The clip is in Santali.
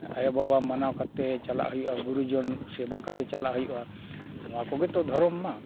ᱟᱭᱳᱼᱵᱟᱵᱟ ᱢᱟᱱᱟᱣ ᱠᱟᱛᱮᱫ ᱪᱟᱞᱟᱜ ᱦᱩᱭᱩᱜᱼᱟ ᱜᱩᱨᱩᱡᱚᱱ ᱥᱮᱵᱟ ᱠᱟᱛᱮᱫ ᱪᱟᱞᱟᱜ ᱦᱩᱭᱩᱜᱼᱟ ᱱᱚᱣᱟ ᱠᱚᱜᱮ ᱛᱚ ᱫᱷᱚᱨᱚᱢ ᱢᱟ